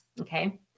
Okay